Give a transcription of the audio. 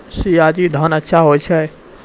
सयाजी धान अच्छा होय छै?